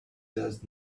does